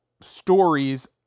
stories